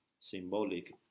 symbolic